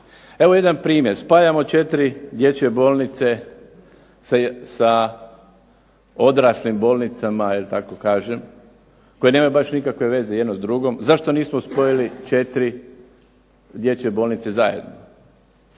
Evo jedan primjer, spajamo 4 dječje bolnice sa odraslim bolnicama, da tako kažem, koje nemaju baš nikakve veze jedna s drugom. Zašto nismo spojili 4 dječje bolnice zajedno?